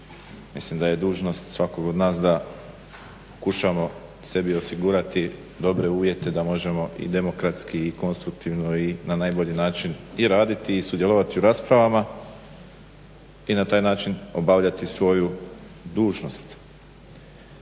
Mislim da je dužnost svakog od nas da pokušamo sebi osigurati dobre uvjete da možemo i demokratski i konstruktivno i na najbolji način i raditi i sudjelovati u raspravama i na taj način obavljati svoju dužnost.